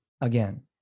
again